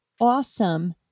Awesome